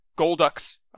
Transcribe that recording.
Golduck's